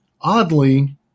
oddly